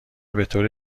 بطور